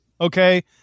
Okay